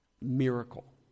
miracle